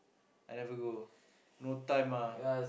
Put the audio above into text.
I never go no time ah